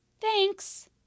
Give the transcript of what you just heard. Thanks